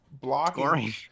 blocking